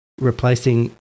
Replacing